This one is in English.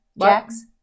jacks